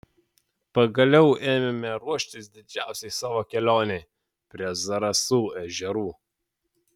pagaliau ėmėme ruoštis didžiausiai savo kelionei prie zarasų ežerų